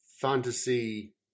fantasy